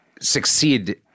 succeed